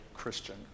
Christian